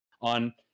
on